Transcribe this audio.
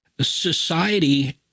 society